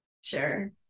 Sure